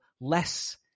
less